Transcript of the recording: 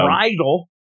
bridle